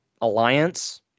alliance